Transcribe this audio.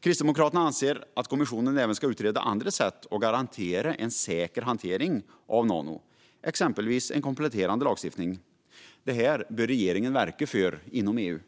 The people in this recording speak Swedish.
Kristdemokraterna anser att kommissionen även ska utreda andra sätt att garantera säker hantering av nanomaterial, exempelvis kompletterande lagstiftning. Det bör regeringen verka för inom EU.